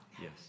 Yes